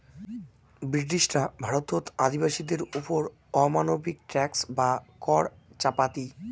ব্রিটিশরা ভারত বাসীদের ওপর অমানবিক ট্যাক্স বা কর চাপাতি